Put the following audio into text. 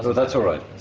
that's all right.